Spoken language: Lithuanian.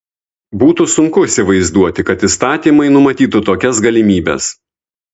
būtų sunku įsivaizduoti kad įstatymai numatytų tokias galimybes